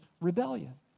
rebellion